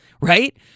right